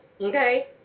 okay